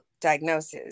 diagnosis